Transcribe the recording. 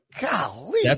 Golly